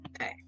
Okay